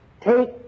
Take